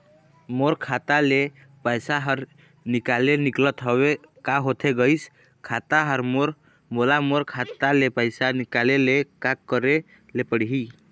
मोर खाता ले पैसा हर निकाले निकलत हवे, का होथे गइस खाता हर मोर, मोला मोर खाता ले पैसा निकाले ले का करे ले पड़ही?